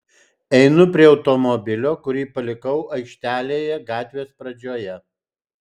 einu prie automobilio kurį palikau aikštelėje gatvės pradžioje